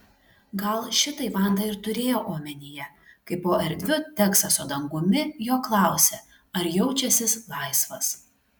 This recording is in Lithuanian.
gal šitai vanda ir turėjo omenyje kai po erdviu teksaso dangumi jo klausė ar jaučiąsis laisvas